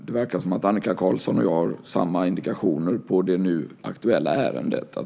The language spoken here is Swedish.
Det verkar som att Annika Qarlsson och jag har samma indikationer på det nu aktuella ärendet.